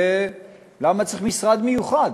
ולמה צריך משרד מיוחד?